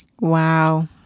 Wow